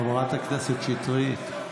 חברת הכנסת שטרית.